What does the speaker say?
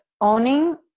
owning